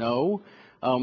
no